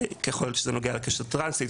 ככל שזה נוגע לקשת הטרנסית.